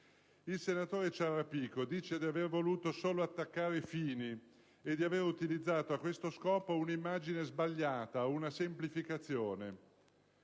Il senatore Ciarrapico dice di aver voluto solo attaccare Fini e di aver utilizzato a questo scopo un'immagine sbagliata, una semplificazione.